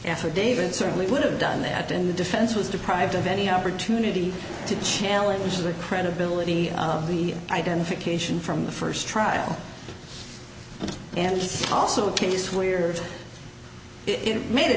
affidavit certainly would have done that in the defense was deprived of any opportunity to challenge the credibility of the identification from the first trial and also a case where it made a